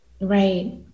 Right